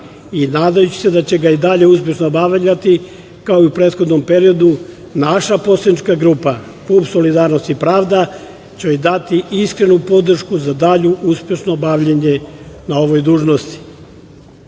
i nadajući se da će ga i dalje uspešno obavljati, kao i u prethodnom periodu, naša poslanička grupa PUSP Solidarnost i pravda će dati iskrenu podršku za dalje uspešno bavljenje na ovoj dužnosti. Na